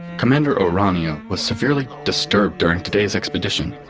commander o'rania was severely disturbed during today's expedition.